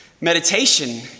Meditation